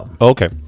Okay